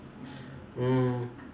mm